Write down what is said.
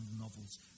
novel's